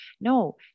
No